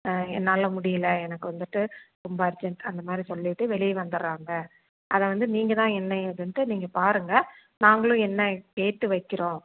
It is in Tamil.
என்னால் முடியிலை எனக்கு வந்துட்டு ரொம்ப அர்ஜென்ட் அந்தமாதிரி சொல்லிவிட்டு வெளியே வந்துடறாங்க அதை வந்து நீங்கள் தான் என்ன ஏதுன்டு நீங்கள் பாருங்க நாங்களும் என்னனு கேட்டு வைக்கிறோம்